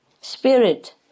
spirit